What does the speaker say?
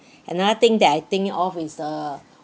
another thing that I think of is the